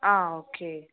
आं ओके